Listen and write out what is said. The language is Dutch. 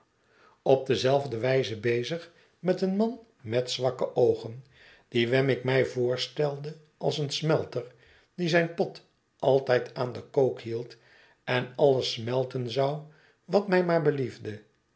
op dezelfde wijze bezig met een man met zwakke oogen dien wemmick mij voorstelde als een smelter die zijn pot altijd aan den kook hield en alles smelten zou wat mij maar beliefde